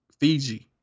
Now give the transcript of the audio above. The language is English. fiji